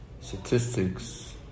statistics